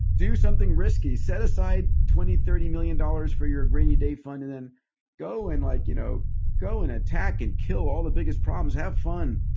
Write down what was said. do something risky. set aside twenty thirty million dollars for your rainy day fund. and then go and like you know go and attack and kill all the biggest problems. have fun.